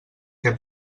què